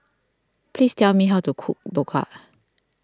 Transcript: please tell me how to cook Dhokla